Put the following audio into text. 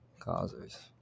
Causers